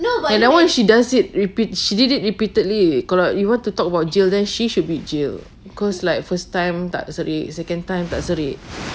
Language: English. ya that [one] she does it repeat~ she did it repeatedly kalau you want to talk about jail then she should be jailed because like first time tak serik second time tak serik